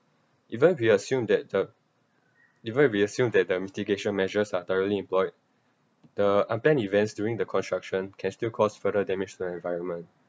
even we are assumed that the even we are assumed that the mitigation measures are directly employed the unplanned events during the construction can still cause further damage to the environment